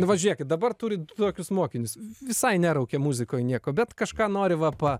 nu va žiūrėkit dabar turit tokius mokinius visai neraukia muzikoj nieko bet kažką nori va pa